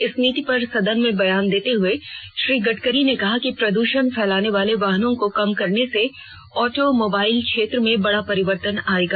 इस नीति पर सदन में बयान देते हुए श्री गडकरी ने कहा कि प्रद्षण फैलाने वाले वाहनों को कम करने से ऑटो मोबाइल क्षेत्र में बडा परिवर्तन आएगा